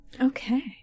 Okay